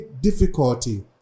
difficulty